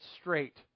straight